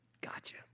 gotcha